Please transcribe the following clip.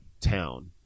town